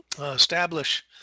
establish